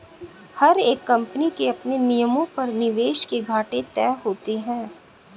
हर एक कम्पनी के अपने नियमों पर निवेश के घाटे तय होते हैं